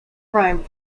crime